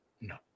No